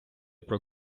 про